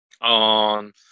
on